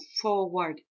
forward